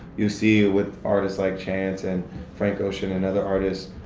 you see with artists like chance and frank ocean and other artists,